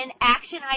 action